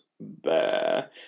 bear